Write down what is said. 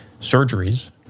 surgeries